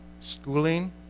schooling